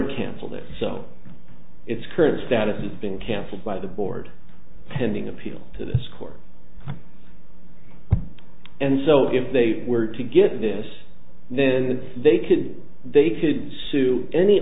cancel this so it's current status of being canceled by the board pending appeal to this court and so if they were to get this then they could they could sue any